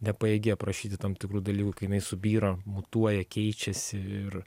nepajėgi aprašyti tam tikrų dalykų kai jinai subyra mutuoja keičiasi ir